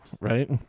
right